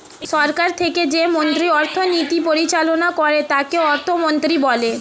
সরকার থেকে যে মন্ত্রী অর্থনীতি পরিচালনা করে তাকে অর্থমন্ত্রী বলে